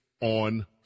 on